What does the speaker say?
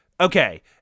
Okay